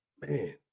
man